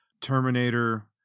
terminator